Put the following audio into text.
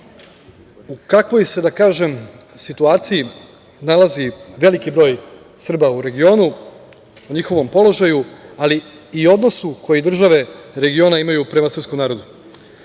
u kakvoj se da kažem, situaciji nalazi veliki broj Srba u regionu, o njihovom položaju, ali i odnosu koji države regiona imaju prema srpskom narodu. Kada